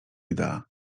idea